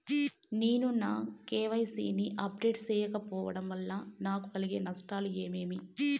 నేను నా కె.వై.సి ని అప్డేట్ సేయకపోవడం వల్ల నాకు కలిగే నష్టాలు ఏమేమీ?